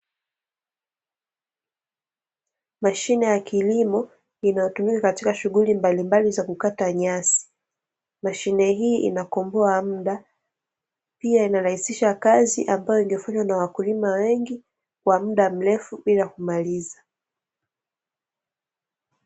Mashine ya kilimo inayotumika katika shughuli mbalimbali za kukata nyasi, mashine hii inakomboa muda pia inarahisisha kazi ambayo ingefanywa na wakulima wengi kwa muda mrefu bila kumaliza.